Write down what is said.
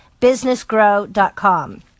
businessgrow.com